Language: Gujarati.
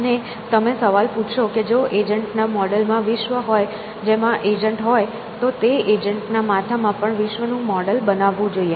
અને તમે સવાલ પૂછશો કે જો એજન્ટ ના મોડેલ માં વિશ્વ હોય જેમાં એજન્ટ હોય તો તે એજન્ટ ના માથામાં પણ વિશ્વ નું મોડેલ બનાવવું જોઈએ